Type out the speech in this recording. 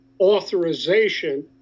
authorization